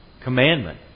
commandment